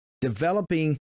developing